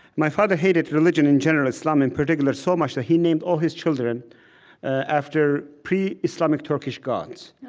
my father hated religion in general, islam in particular, so much that he named all his children after pre-islamic, turkish gods